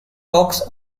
cox